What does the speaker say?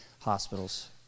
hospitals